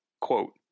Quote